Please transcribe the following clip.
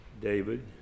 David